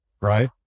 right